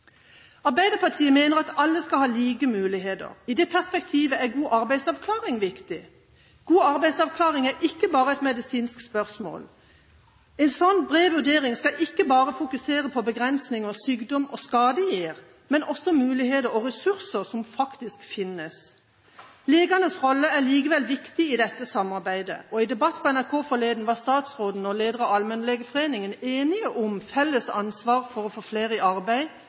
Arbeiderpartiet mener at alle skal ha like muligheter. I dette perspektivet er god arbeidsavklaring viktig. God arbeidsavklaring er ikke bare et medisinsk spørsmål. En slik bred vurdering skal ikke bare fokusere på de begrensninger sykdom og skade gir, men også på de muligheter og ressurser som faktisk finnes. Legenes rolle er likevel viktig i dette samarbeidet. I en debatt på NRK forleden var statsråden og lederen av Allmennlegeforeningen enige om et felles ansvar for å få flere i arbeid.